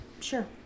Sure